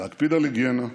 להקפיד על היגיינה.